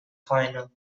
final